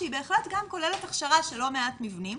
שהיא בהחלט גם כוללת הכשרה של לא מעט מבנים,